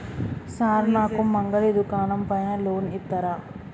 Sir నాకు మంగలి దుకాణం పైన లోన్ ఇత్తరా?